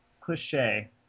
cliche